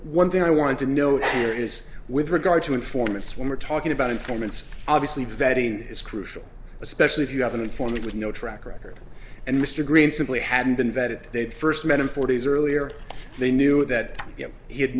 one thing i want to know is with regard to informants when we're talking about informants obviously vetting is crucial especially if you have an informant with no track record and mr green simply hadn't been vetted they'd first met him forty's earlier they knew that he had